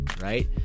Right